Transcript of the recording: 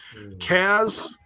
Kaz